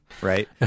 right